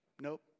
nope